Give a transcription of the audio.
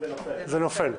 אם יש תיקו זה נופל.